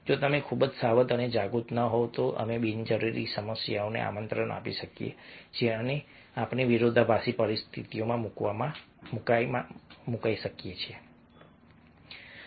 જો તમે ખૂબ જ સાવધ અને જાગૃત ન હોવ તો અમે બિનજરૂરી સમસ્યાઓને આમંત્રણ આપી શકીએ છીએ અને અમને વિરોધાભાસી પરિસ્થિતિઓમાં મુકવામાં આવી શકે છે